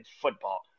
football